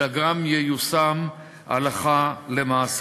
אלא גם ייושם הלכה למעשה.